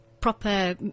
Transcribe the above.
proper